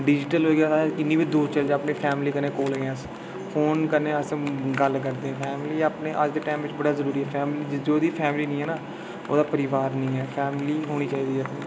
इ'न्ना डीजिटल होई दा के इं'या लगदा अस अपनी फैमिली कोल गै न फोन करने अस गल्ल करदे फैमिली अपने अज्ज दी फैमिली होना जरूरी ऐ जेह्दी फैमिली निं ऐ ना ओह्दा परिवार निं ऐ फैमिली होना चाहिदी ऐ